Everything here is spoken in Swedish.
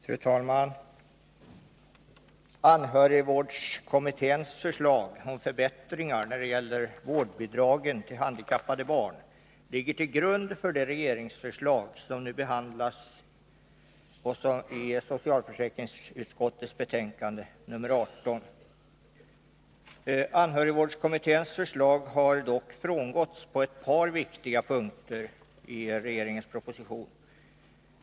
Fru talman! Anhörigvårdskommitténs förslag om förbättringar när det gäller vårdbidragen till handikappade barn ligger till grund för det regeringsförslag som nu behandlas i socialförsäkringsutskottets betänkande nr 18. Anhörigvårdskommitténs förslag har i propositionen dock frångåtts på ett par viktiga punkter.